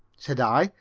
said i,